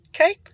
Okay